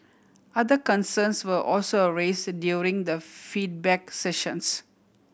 other concerns were also raise during the feedback sessions